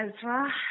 Ezra